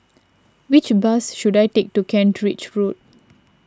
which bus should I take to Kent Ridge Road